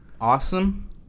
Awesome